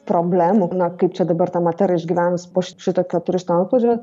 problemų na kaip čia dabar ta matera išgyvens po šitokio turistų antplūdžio